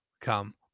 come